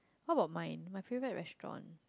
how about mine my favourite restaurant